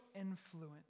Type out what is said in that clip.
influence